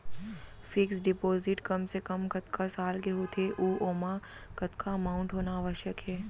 Fix deposit कम से कम कतका साल के होथे ऊ ओमा कतका अमाउंट होना आवश्यक हे?